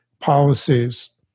policies